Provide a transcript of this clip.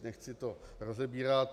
Nechci to rozebírat.